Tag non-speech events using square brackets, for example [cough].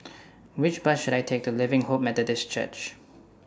[noise] Which Bus should I Take to Living Hope Methodist Church